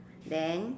then